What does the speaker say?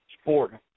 sport